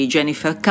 Jennifer